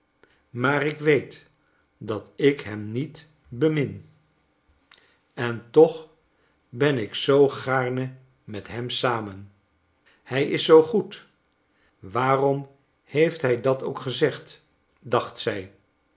maar ik weet dat ik hem niet bemin en toch ben ik zoo gaarne met hem samen hij is zoo goed waarom heeft hij dat ook gezegd dacht zij